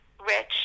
rich